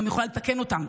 והיא גם יכולה לתקן אותם.